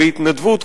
בהתנדבות,